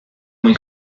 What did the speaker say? muy